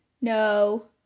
no